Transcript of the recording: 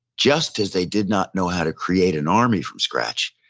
just as they did not know how to create an army from scratch,